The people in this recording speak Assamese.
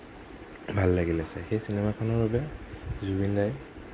ভাল লাগিলে চাই সেই চিনেমাখনৰ বাবে জুবিনদাই